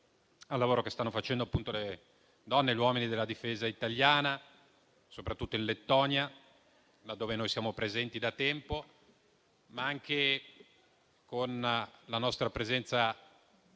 al lavoro che stanno facendo le donne e gli uomini della Difesa italiana, soprattutto in Lettonia, dove siamo presenti da tempo, ma anche con la nostra presenza in